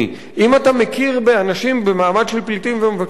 אם אתה מכיר באנשים במעמד של פליטים ומבקשי מקלט,